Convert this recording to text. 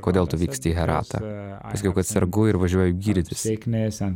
kodėl tu vyksti į heratą aš sakiau kad sergu ir važiuoju gydytis ten